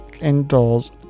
indoors